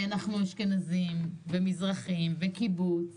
ואנחנו אשכנזים, ומזרחים, וקיבוץ